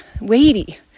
weighty